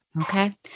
Okay